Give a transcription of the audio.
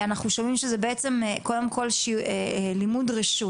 אנחנו שומעים שזה לימוד רשות.